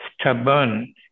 stubborn